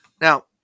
Now